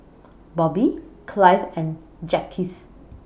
Bobby Clive and Jacquez